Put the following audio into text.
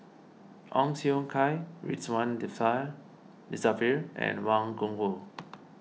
Ong Siong Kai Ridzwan Dzafir and Wang Gungwu